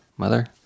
mother